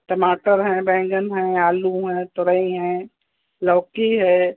टमाटर हैं बैंगन है आलू है तोरई है लौकी है